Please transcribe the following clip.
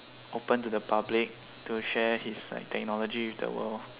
open to the public to share his like technology with the world